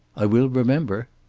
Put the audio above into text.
i will remember.